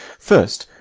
first,